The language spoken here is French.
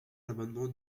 l’amendement